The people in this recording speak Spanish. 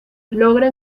logra